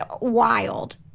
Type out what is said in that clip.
wild